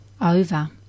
over